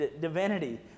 divinity